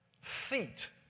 Feet